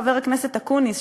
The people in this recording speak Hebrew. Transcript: חבר הכנסת אקוניס,